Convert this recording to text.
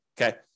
Okay